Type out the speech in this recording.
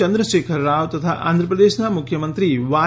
ચંદ્રશેખર રાવ તથા આંધ્રપ્રદેશના મુખ્યમંત્રી વાય